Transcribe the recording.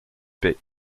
pays